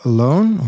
Alone